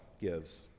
gives